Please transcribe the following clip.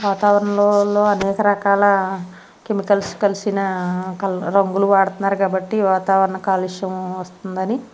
వాతావరణంలో అనేక రకాల కెమికల్స్ కలిసిన క రంగులు వాడుతున్నారు కాబట్టి వాతావరణ కాలుష్యం వస్తుందని